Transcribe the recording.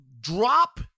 drop